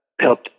help